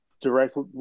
directly